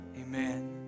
Amen